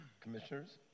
Commissioners